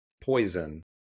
Poison